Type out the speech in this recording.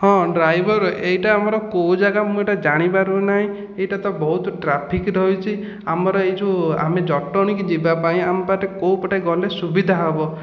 ହଁ ଡ୍ରାଇଭର ଏଇଟା ଆମର କେଉଁ ଜାଗା ମୁଁ ଏଇଟା ଜାଣିପାରୁନାହିଁ ଏଇଟା ତ ବହୁତ ଟ୍ରାଫିକ ରହିଛି ଆମର ଏଇ ଯେଉଁ ଆମେ ଜଟଣୀକୁ ଯିବା ପାଇଁ ଆମ ପାଖରେ କେଉଁ ପଟେ ଗଲେ ସୁବିଧା ହେବ